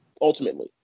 ultimately